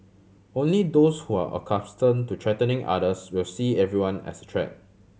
only those who are accustom to threatening others will see everyone as threat